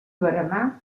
veremar